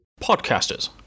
Podcasters